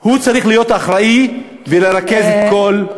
הוא צריך להיות אחראי ולרכז את כל,